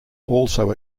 also